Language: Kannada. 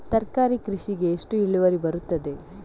ತರಕಾರಿ ಕೃಷಿಗೆ ಎಷ್ಟು ಇಳುವರಿ ಬರುತ್ತದೆ?